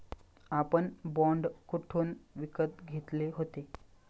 आपण बाँड कोठून विकत घेतले होते?